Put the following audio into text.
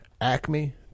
Acme